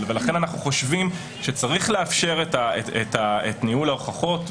לכן אנחנו חושבים שצריך לאפשר את ניהול ההוכחות.